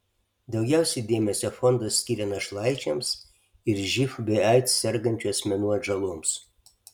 daugiausiai dėmesio fondas skiria našlaičiams ir živ bei aids sergančių asmenų atžaloms